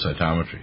cytometry